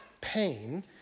pain